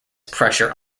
pressure